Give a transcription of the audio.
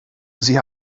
sie